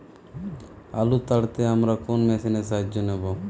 আলু তাড়তে আমরা কোন মেশিনের সাহায্য নেব?